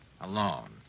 alone